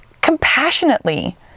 compassionately